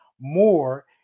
more